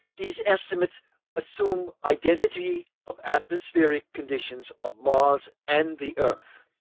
these estimates assume identity of atmospheric conditions of mars and the earth.